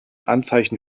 anzeichen